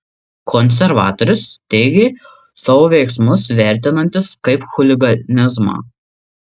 konservatorius teigė savo veiksmus vertinantis kaip chuliganizmą